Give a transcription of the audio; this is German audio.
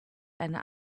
eine